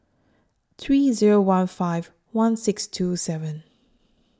three Zero one five one six two seven